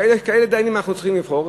כאלה דיינים אנחנו צריכים לבחור.